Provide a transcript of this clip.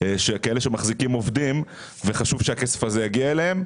כאלה אנשים שמחזיקים עובדים וחשוב שהכסף הזה יגיע אליהם.